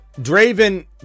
Draven